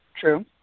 True